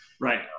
Right